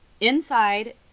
inside